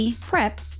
PrEP